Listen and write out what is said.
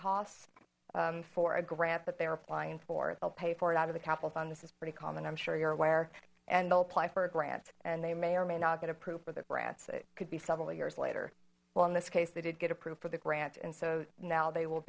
costs for a grant that they're applying for they'll pay for it out of the capital fund this is pretty common i'm sure you're aware and they'll apply for a grant and they may or may not get approved for the grants it could be several years later well in this case they did get approved for the grant and so now they will